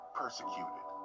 persecuted